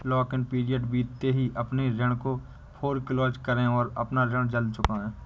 lock in period बीतते ही अपने ऋण को फोरेक्लोज करे और अपना ऋण जल्द चुकाए